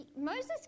Moses